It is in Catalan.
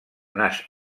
nas